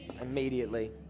Immediately